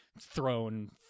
thrown